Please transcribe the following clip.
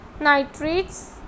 nitrates